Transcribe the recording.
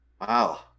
Wow